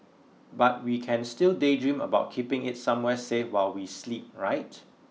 but we can still daydream about keeping it somewhere safe while we sleep right